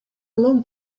long